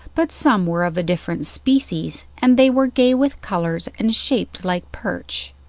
but some were of a different species, and they were gay with colours and shaped like perch.